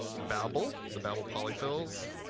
babel, the babel polyfills.